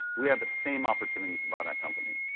we'd have the same opportunities about our company.